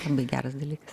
labai geras dalykas